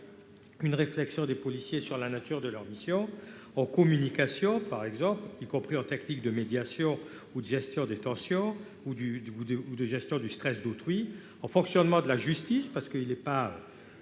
une réflexion des policiers sur la nature de leur mission ; en communication, y compris en tactique de médiation, de gestion des tensions ou de gestion du stress d'autrui ; sur le fonctionnement de la justice, parce qu'il n'est pas